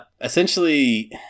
Essentially